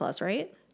right